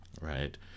right